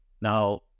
Now